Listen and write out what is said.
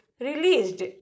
released